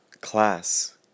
class